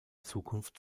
zukunft